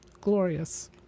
glorious